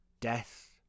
death